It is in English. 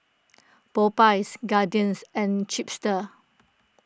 Popeyes Guardians and Chipster